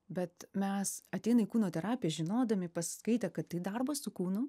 bet mes ateina į kūno terapiją žinodami pasiskaitę kad tai darbas su kūnu